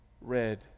red